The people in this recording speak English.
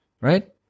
Right